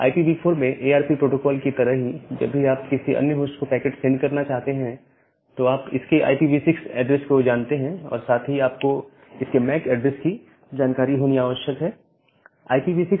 IPv4 में ARP protocol की तरह ही जब भी आप किसी अन्य होस्ट को पैकेट सेंड करना चाहते हैं तो आप इसके IPv6 एड्रेस को जानते हैं और साथ ही आपको इसके मैक ऐड्रेस की जानकारी होनी आवश्यक है